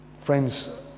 friends